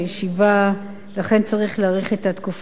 לכן צריך להאריך את התקופה כמה שיותר.